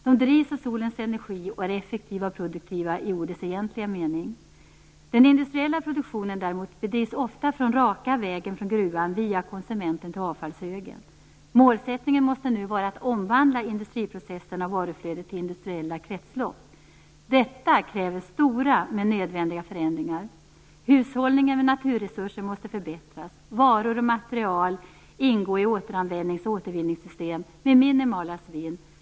De drivs av solens energi och är effektiva och produktiva i ordets egentliga mening. Den industriella produktionen däremot bedrivs ofta genom att man går raka vägen från gruvan, via konsumenten, till avfallshögen. Målsättningen måste nu vara att omvandla industriprocesserna och varuflödet till industriella kretslopp. Detta kräver stora men nödvändiga förändringar. Hushållningen med naturresurser måste förbättras. Varor och material måste ingå i återanvändnings och återvinningssystem med minimala svinn.